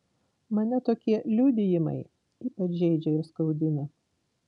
mane tokie liudijimai ypač žeidžia ir skaudina